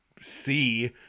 see